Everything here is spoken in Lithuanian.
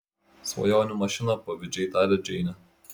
svajonių mašina pavydžiai taria džeinė